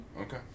Okay